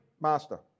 Master